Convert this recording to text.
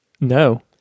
No